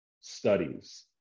studies